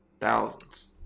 thousands